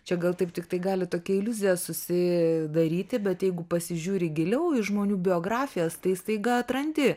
čia gal taip tiktai gali tokia iliuzija susidaryti bet jeigu pasižiūri giliau į žmonių biografijas tai staiga atrandi